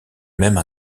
même